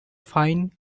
fine